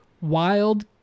wild